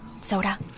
Soda